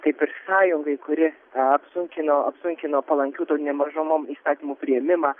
kaip ir sąjungai kuri apsunkino apsunkino palankių tautinėm mažumom įstatymų priėmimą